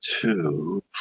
Two